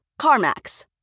CarMax